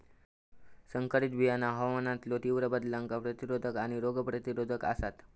संकरित बियाणा हवामानातलो तीव्र बदलांका प्रतिरोधक आणि रोग प्रतिरोधक आसात